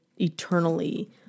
eternally